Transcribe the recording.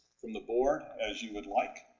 from the board, as you would like,